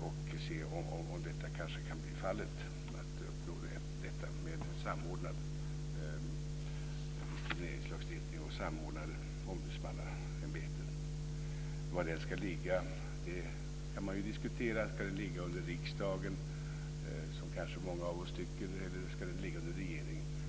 och se om det kan bli fråga om en samordnad diskrimineringslagstiftning och ett samordnat ombudsmannaämbete. Man kan diskutera under vem det ska lyda. Ska det lyda under riksdagen, vilket många av oss tycker, eller ska det lyda under regeringen?